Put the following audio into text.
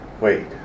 wait